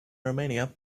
romania